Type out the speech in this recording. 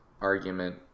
argument